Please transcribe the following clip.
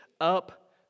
up